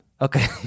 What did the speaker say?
Okay